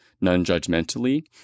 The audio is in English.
non-judgmentally